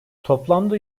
toplamda